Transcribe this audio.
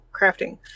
crafting